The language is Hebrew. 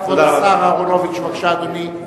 כבוד השר אהרונוביץ, בבקשה, אדוני.